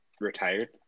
retired